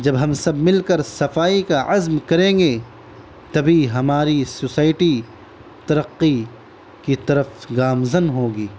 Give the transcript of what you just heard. جب ہم سب مل کر صفائی کا عزم کریں گے تبھی ہماری سوسائٹی ترقی کی طرف گامزن ہوگی